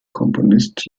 komponist